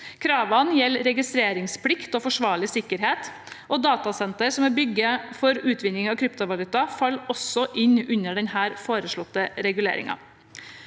Kravene gjelder registreringsplikt og forsvarlig sikkerhet, og datasentre som er bygget for utvinning av kryptovaluta, faller også inn under denne foreslåtte reguleringen.